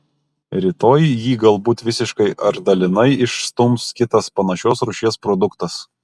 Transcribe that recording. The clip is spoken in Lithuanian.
rytoj jį galbūt visiškai ar dalinai išstums kitas panašios rūšies produktas